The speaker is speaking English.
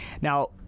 Now